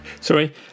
Sorry